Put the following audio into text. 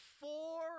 four